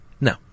No